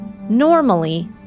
Normally